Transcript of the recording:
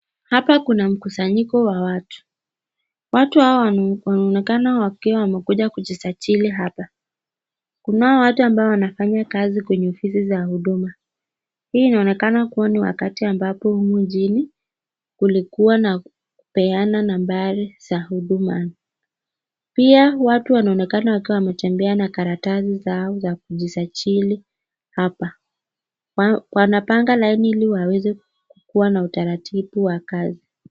Hapa kuna mkusanyiko wa watu. Watu hawa wanaonekana wakiwa wamekuja kujisajili hapa. Kunao watu ambao wanafanya kazi kwenye ofisi za huduma. Hii inaonekana kuwa ni wakati ambapo humu nchini kulikuwa na kupeana nambari za huduma namba. Pia watu wanaonekana wakiwa wametembea na karatasi zao za kujisajili hapa. Wanapanga laini ili waweze kuwa na utaratibu wa kazi.